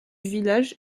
village